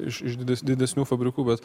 iš iš dides didesnių fabrikų bet